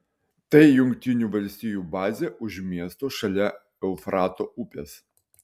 tai jungtinių valstijų bazė už miesto šalia eufrato upės